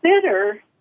consider